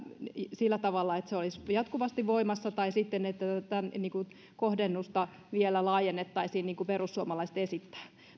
sillä tavalla että tämä olisi jatkuvasti voimassa tai että kohdennusta vielä laajennettaisiin niin kuin perussuomalaiset esittävät